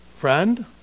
Friend